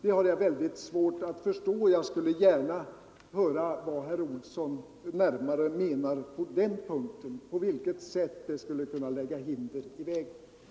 Det har jag som sagt svårt att förstå, och jag skulle gärna vilja höra på vilket sätt detta enligt herr Olssons uppfattning skulle kunna lägga hinder i vägen för utredningarna.